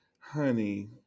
Honey